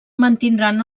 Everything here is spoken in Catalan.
mantindran